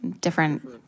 different